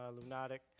Lunatic